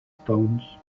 stones